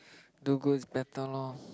do goods better loh